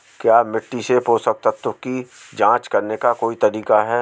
क्या मिट्टी से पोषक तत्व की जांच करने का कोई तरीका है?